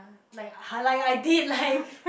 lah !huh! like I did like